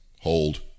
hold